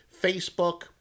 Facebook